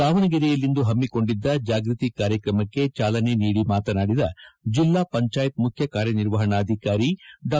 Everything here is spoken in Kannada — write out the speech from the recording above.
ದಾವಣಗೆರೆಯಲ್ಲಿಂದು ಹಮ್ಮಿಕೊಂಡಿದ್ದ ಜಾಗೃತಿ ಕಾರ್ಯುಕ್ರಮಕ್ಕೆ ಚಾಲನೆ ನೀಡಿ ಮಾತನಾಡಿದ ಜೆಲ್ಲಾ ಪಂಚಾಯತ್ ಮುಖ್ಯ ಕಾರ್ಯನಿರ್ವಹಣಾಧಿಕಾರಿ ಡಾ